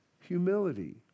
humility